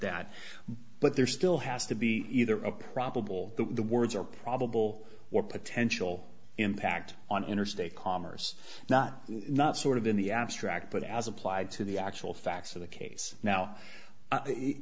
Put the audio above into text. that but there still has to be either a probable the words or probable or potential impact on interstate commerce not not sort of in the abstract but as applied to the actual facts of the case now